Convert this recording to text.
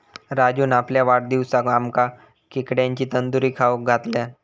राजून आपल्या वाढदिवसाक आमका खेकड्यांची तंदूरी खाऊक घातल्यान